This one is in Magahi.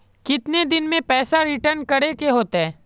कितने दिन में पैसा रिटर्न करे के होते?